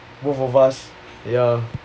both of us ya